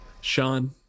Sean